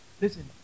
Listen